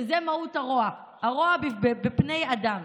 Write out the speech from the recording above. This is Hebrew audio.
זה מהות הרוע, הרוע בבני אדם.